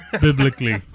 biblically